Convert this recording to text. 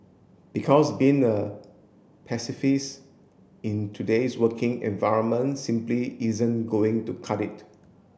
because being a pacifist in today's working environment simply isn't going to cut it